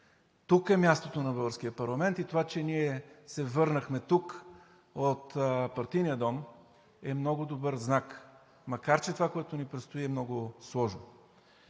Тук е мястото на българския парламент. Това, че ние се върнахме тук от партийния дом, е много добър знак, макар че това, което ни предстои, е много сложно.